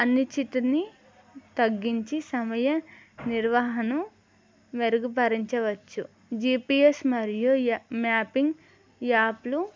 అన్ని చిటిని తగ్గించి సమయ నిర్వహణను మెరుగుపరచవచ్చు జిపిఎస్ మరియు యా మ్యాపింగ్ యాప్లు